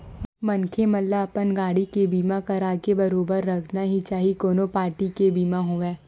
मनखे मन ल अपन गाड़ी के बीमा कराके बरोबर रखना ही चाही कोनो पारटी के बीमा होवय